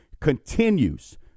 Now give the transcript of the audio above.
continues